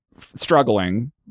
Struggling